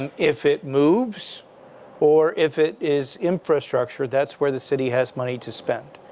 and if it moves or if it is infrastructure, that's where the city has money to spend.